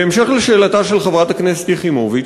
בהמשך לשאלתה של חברת הכנסת יחימוביץ,